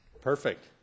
Perfect